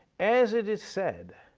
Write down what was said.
as it is said,